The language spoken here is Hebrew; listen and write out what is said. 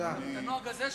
את הנוהג הזה שומרים.